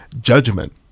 judgment